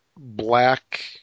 black